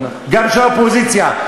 גם של האופוזיציה.